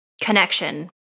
connection